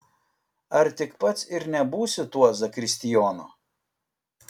ar tik pats ir nebūsi tuo zakristijonu